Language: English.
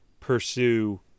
pursue